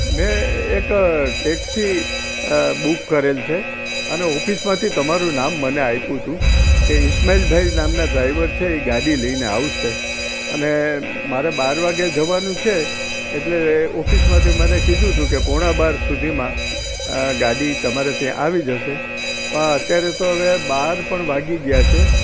મેં એક taxi book કરેલ છે અને ઓફિસમાંથી તમારું નામ મને આપ્યું હતું કે ઇસ્માઇલભાઈ નામના ડ્રાઇવર છે એ ગાડી લઈને આવશે અને મારે બાર વાગ્યે જવાનું છે એટલે ઓફિસમાંથી મને કીધું હતું કે પોણા બાર સુધીમાં આ ગાડી તમારે ત્યાં આવી જશે પણ અત્યારે તો હવે બાર પણ વાગી ગયા છે